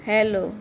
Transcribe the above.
hello